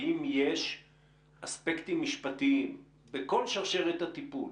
האם יש אספקטים משפטיים בכל שרשרת הטיפול